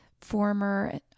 former